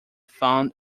found